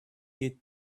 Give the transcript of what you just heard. get